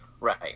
Right